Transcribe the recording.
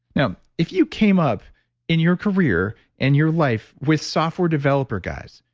now, if you came up in your career and your life with software developer guys,